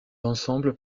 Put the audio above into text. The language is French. ensemble